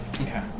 Okay